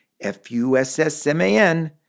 F-U-S-S-M-A-N